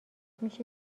میشه